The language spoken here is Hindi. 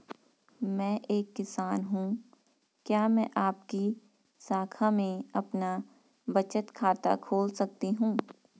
मैं एक किसान हूँ क्या मैं आपकी शाखा में अपना बचत खाता खोल सकती हूँ?